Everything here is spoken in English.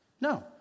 No